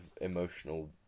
emotional